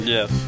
Yes